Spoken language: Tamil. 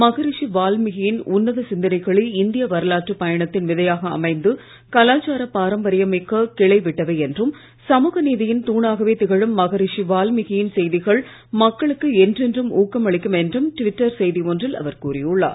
மகரிஷி வால்மிகியின் உன்னத சிந்தனைகளே இந்திய வரலாற்று பயணத்தின் விதையாக அமைந்து கலாச்சாரப் பாரம்பரியமாக்க் கிளை விட்டவை என்றும் சமூக நீதியின் தாணாகவே திகழும் மகரிஷி வால்மிகியின் செய்திகள் மக்களுக்கு என்றென்றும் ஊக்கம் அளிக்கும் என்றும் ட்விட்டர் செய்தி ஒன்றில் அவர் கூறியுள்ளார்